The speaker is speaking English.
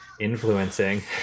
influencing